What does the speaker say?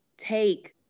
Take